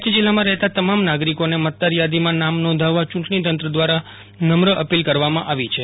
કચ્છ જિલ્લામાં રહેતા તમામ નાગરિકોને મતદાર યાદીમાં નામ નોંધાવવા ચૂંટણી તંત્ર દ્વારા નમ્ર અપીલ કરવામાં આવી છે